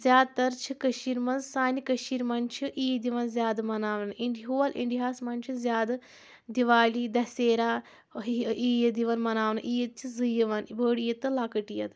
زیادٕ تر چھِ کٔشیٖرِ منٛز سانہِ کٔشیٖرِ منٛز چھِ عیٖد یِوان زیادٕ مَناونہٕ ہول اِنڈِیاہَس منٛز چھِ زیادٕ دِوالی دَسَیرا عیٖد یِوَان مَناونہٕ عیٖد چھِ زٕ یِوَان بٔڑ عیٖد تہٕ لَکٕٹ عیٖد